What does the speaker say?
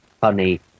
funny